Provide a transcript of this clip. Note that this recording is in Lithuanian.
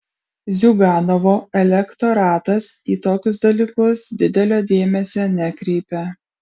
ziuganovo elektoratas į tokius dalykus didelio dėmesio nekreipia